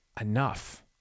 enough